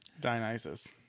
Dionysus